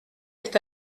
est